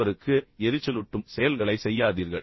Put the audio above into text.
ஒருவருக்கு எரிச்சலூட்டும் செயல்களைச் செய்யாதீர்கள்